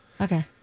Okay